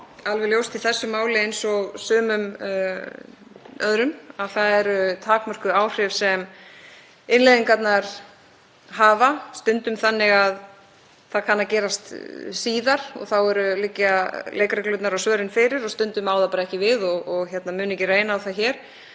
alveg ljóst í þessu máli eins og sumum öðrum að það eru takmörkuð áhrif sem innleiðingarnar hafa, stundum þannig að það kann að gerast síðar og þá liggja leikreglurnar og svörin fyrir, og stundum á það bara ekki við og mun ekki reyna á það hér.